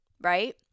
right